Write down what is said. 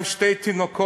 עם שני תינוקות,